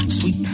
sweet